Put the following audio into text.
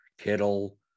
Kittle